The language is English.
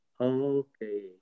Okay